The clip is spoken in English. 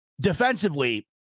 defensively